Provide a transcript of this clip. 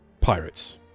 pirates